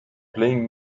playing